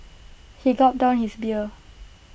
he gulped down his beer